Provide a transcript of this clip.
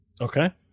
Okay